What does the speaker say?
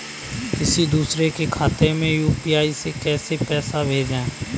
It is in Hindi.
किसी दूसरे के खाते में यू.पी.आई से पैसा कैसे भेजें?